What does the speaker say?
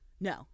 No